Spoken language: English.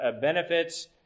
benefits